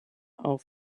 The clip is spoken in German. auf